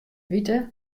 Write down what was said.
witte